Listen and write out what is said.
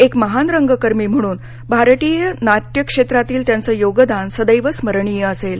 एक महान रंगकर्मी म्हणून भारतीय नाट्यक्षेत्रातील त्यांच योगदान सर्देव स्मरणीय असेल